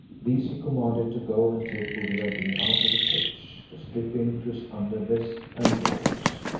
these he commanded to go and take buddir ad deen out of the cage, to strip him to his under vest and drawers,